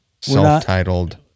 self-titled